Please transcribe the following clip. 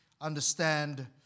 understand